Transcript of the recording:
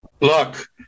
look